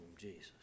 Jesus